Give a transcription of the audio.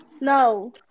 No